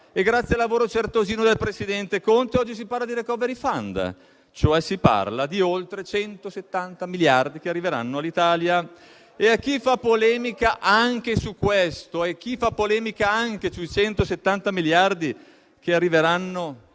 grazie al lavoro certosino del presidente Conte, oggi si parla di *recovery fund*, cioè si parla di oltre 170 miliardi che arriveranno all'Italia. E a chi fa polemica anche su questo, a chi fa polemica anche sui 170 miliardi che arriveranno all'Italia,